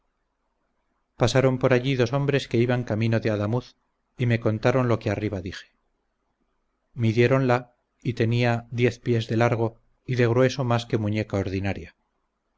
pasaron por allí dos hombres que iban camino de adamuz y me contaron lo que arriba dije midieronla y tenía diez pies de largo y de grueso más que muñeca ordinaria